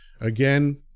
Again